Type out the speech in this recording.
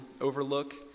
overlook